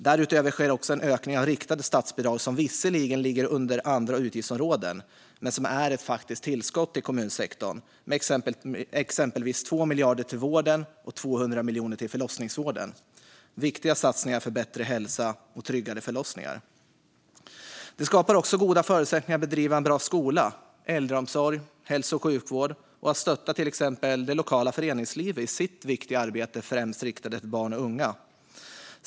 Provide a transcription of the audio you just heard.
Därutöver sker en ökning av riktade statsbidrag som visserligen ligger under andra utgiftsområden men som är ett faktiskt tillskott till kommunsektorn, exempelvis 2 miljarder till vården och 200 miljoner till förlossningsvården. Det är viktiga satsningar för bättre hälsa och tryggare förlossningar. Goda förutsättningar skapas också för att bedriva en bra skola, äldreomsorg och hälso och sjukvård och för att stötta till exempel det lokala föreningslivet i dess viktiga arbete främst riktat mot barn och unga.